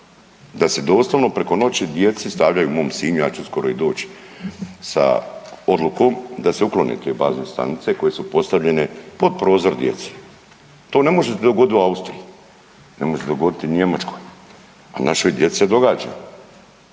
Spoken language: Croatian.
da se doslovno preko noći djeci stavljaju u mom Sinju ja ću skoro i doći sa odlikom da se uklone te bazne stanice koje su postavljene pod prozor djeci. To ne može se dogoditi u Austriji. Ne može se dogoditi u Njemačkoj, ali našoj djeci se događa,